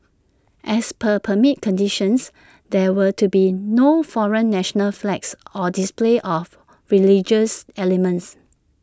as per permit conditions there were to be no foreign national flags or display of religious elements